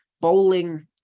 Bowling